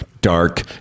dark